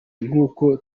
nk’uko